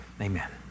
Amen